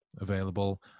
Available